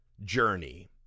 journey